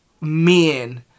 men